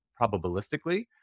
probabilistically